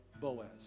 Boaz